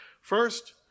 First